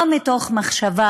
לא מתוך מחשבה